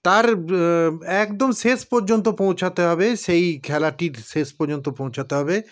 তার একদম শেষ পর্যন্ত পৌঁছাতে হবে সেই খেলাটির শেষ পর্যন্ত পৌঁছাতে হবে